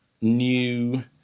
new